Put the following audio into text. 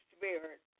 Spirit